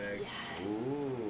Yes